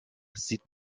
sieht